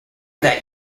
that